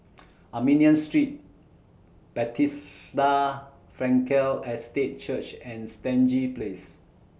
Armenian Street Frankel Estate Church and Stangee Place